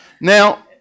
Now